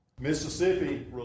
Mississippi